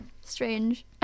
strange